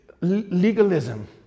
legalism